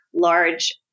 large